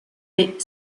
est